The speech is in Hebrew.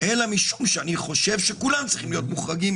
אלא משום שאני חושב שכולם צריכים להיות מוחרגים,